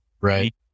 right